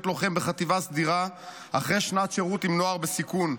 לוחם בחטיבה סדירה אחרי שנת שירות עם נוער בסיכון,